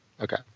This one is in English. Okay